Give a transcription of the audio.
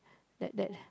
that that